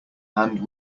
hand